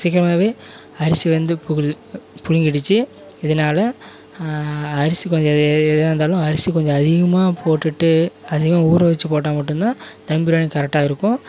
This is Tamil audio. சீக்கிரமாகவே அரிசி வந்து புழுங் புழுங்கிடுச்சு இதனால் அரிசி கொஞ்சம் இதுவாயிருந்தாலும் அரிசி கொஞ்சம் அதிகமாக போட்டுவிட்டு அதிகமாக ஊற வச்சு போட்டால் மட்டும்தான் தம் பிரியாணி கரெக்டாக இருக்கும்